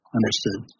understood